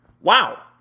Wow